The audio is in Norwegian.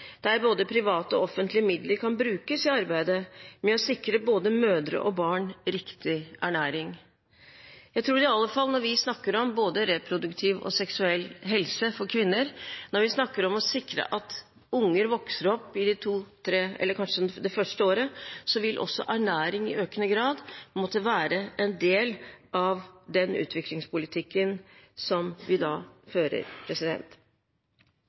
der både private og offentlige midler kan brukes i arbeidet med å sikre både mødre og barn riktig ernæring. Jeg tror i alle fall at når vi snakker om både reproduktiv og seksuell helse for kvinner, når vi snakker om å sikre at unger vokser opp, at de overlever det første og andre leveåret, vil også ernæring i økende grad måtte være en del av den utviklingspolitikken som vi fører.